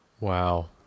Wow